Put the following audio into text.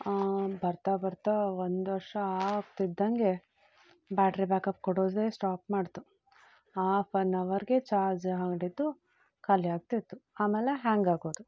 ಬರ್ತಾ ಬರ್ತಾ ಒಂದು ವರ್ಷ ಆಗ್ತಿದ್ದಂತೆ ಬ್ಯಾಟ್ರಿ ಬ್ಯಾಕಪ್ ಕೊಡೋದೇ ಸ್ಟಾಪ್ ಮಾಡಿತು ಆಫ್ ಆನ್ ಅವರಿಗೆ ಚಾರ್ಜ್ ಹಾಗಿದ್ದು ಖಾಲಿ ಆಗ್ತಿತ್ತು ಆಮೇಲೆ ಹ್ಯಾಂಗ್ ಆಗೋದು